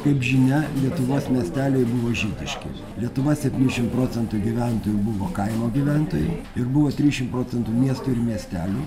kaip žinia lietuvos miesteliai buvo žydiški lietuva septyniasdešimt procentų gyventojų buvo kaimo gyventojai ir buvo trisdešimt procentų miestų ir miestelių